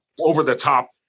over-the-top